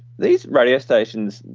these radio stations